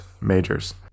majors